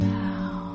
now